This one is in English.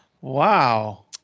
wow